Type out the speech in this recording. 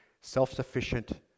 self-sufficient